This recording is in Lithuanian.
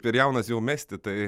per jaunas jau mesti tai